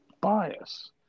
bias